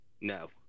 No